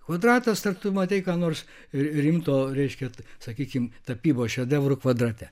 kvadratas ar tu matei ką nors rimto reiškia sakykim tapybos šedevrų kvadrate